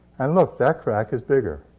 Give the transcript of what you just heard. and look, that crack is bigger.